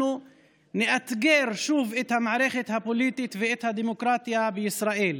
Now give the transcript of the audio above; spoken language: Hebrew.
אנחנו נאתגר שוב את המערכת הפוליטית ואת הדמוקרטיה בישראל.